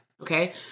okay